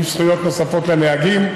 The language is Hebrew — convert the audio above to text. עם זכויות נוספות לנהגים,